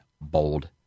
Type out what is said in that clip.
bold